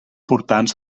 portants